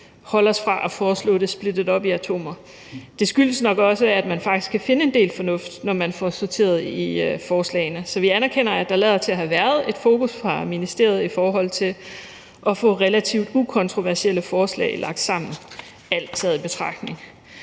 holde os fra at foreslå det splittet op i atomer. Det skyldes nok også, at man faktisk kan finde en del fornuft, når man får sorteret i forslagene. Så vi anerkender, at der lader til at have været et fokus fra ministeriets side i forhold til at få relativt ukontroversielle forslag lagt sammen, alt taget i betragtning.